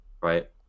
Right